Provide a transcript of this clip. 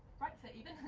right foot even,